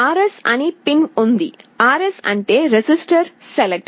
RS అని pin ఉంది RS అంటే రిజిస్టర్ సెలెక్ట్